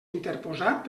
interposat